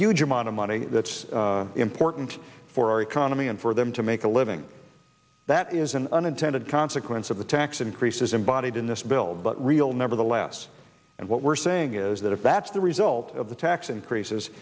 huge amount of money that's important for our economy and for them to make a living that is an unintended consequence of the tax increases embodied in this bill but real nevertheless and what we're saying is that if that's the result of the tax increases